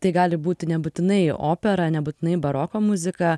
tai gali būti nebūtinai opera nebūtinai baroko muzika